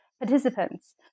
participants